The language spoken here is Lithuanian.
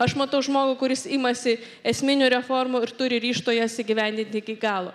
aš matau žmogų kuris imasi esminių reformų ir turi ryžto jas įgyvendinti iki galo